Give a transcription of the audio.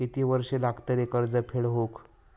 किती वर्षे लागतली कर्ज फेड होऊक?